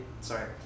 sorry